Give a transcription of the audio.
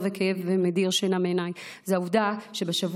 כואב ומדיר שינה מעיניי זה העובדה שבשבוע